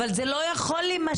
אבל זה לא יכול להימשך.